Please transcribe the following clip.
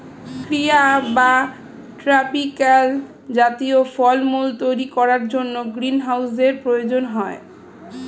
ক্রান্তীয় বা ট্রপিক্যাল জাতীয় ফলমূল তৈরি করার জন্য গ্রীনহাউসের প্রয়োজন হয়